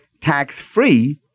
tax-free